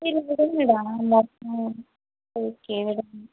சரி விடுங்கடா ஓகே விடுங்க